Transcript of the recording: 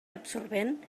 absorbent